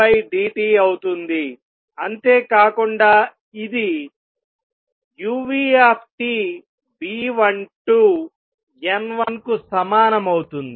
అది dN1dt అవుతుంది అంతేకాకుండా ఇది uTB12N1 కు సమానమవుతుంది